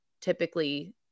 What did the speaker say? typically